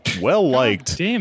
well-liked